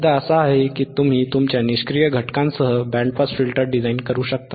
मुद्दा असा आहे की तुम्ही तुमच्या निष्क्रिय घटकांसह बँड पास फिल्टर डिझाइन करू शकता